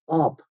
up